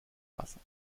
wasser